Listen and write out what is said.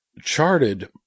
charted